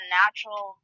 natural